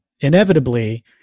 inevitably